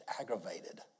aggravated